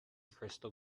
crystal